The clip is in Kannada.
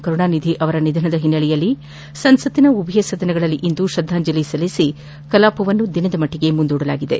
ಕರುಣಾನಿಧಿ ಅವರ ನಿಧನದ ಹಿನ್ನೆಲೆಯಲ್ಲಿ ಸಂಸತ್ನ ಉಭಯ ಸದನಗಳಲ್ಲಿ ಇಂದು ತ್ರದ್ದಾಂಜಲಿ ಸಲ್ಲಿಸಿ ಕಲಾಪವನ್ನು ದಿನದ ಮಟ್ಟಿಗೆ ಮುಂದೂಡಲಾಯಿತು